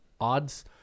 Odds